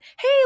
hey